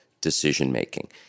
decision-making